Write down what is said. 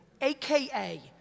AKA